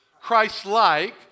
Christ-like